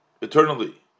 eternally